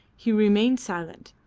he remained silent,